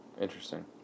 Interesting